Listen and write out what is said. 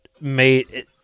made